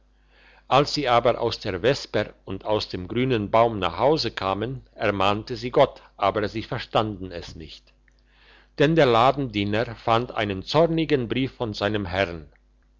als sie aber aus der vesper und aus dem grünen baum nach hause kamen ermahnte sie gott aber sie verstanden es nicht denn der ladendiener fand einen zornigen brief von seinem herrn